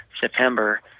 September